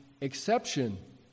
exception